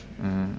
mm